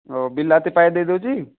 ଓ ବିଲାତି ପାଏ ଦେଇ ଦେଉଛି